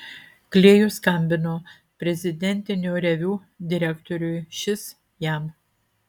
klėjus skambino prezidentinio reviu direktoriui šis jam